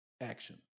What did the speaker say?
action